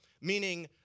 meaning